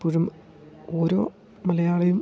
ഇപ്പോഴും ഓരോ മലയാളിയും